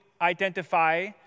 identify